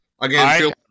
Again